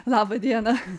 laba diena